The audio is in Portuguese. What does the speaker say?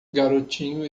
garotinho